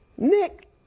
Nick